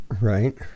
Right